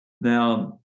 Now